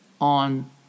on